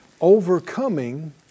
Overcoming